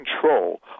control